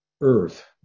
earth